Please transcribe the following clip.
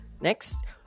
Next